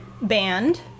band